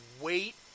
wait